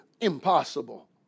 impossible